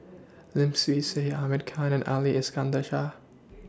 Lim Swee Say Ahmad Khan and Ali Iskandar Shah